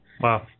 Wow